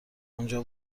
اونجا